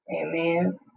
Amen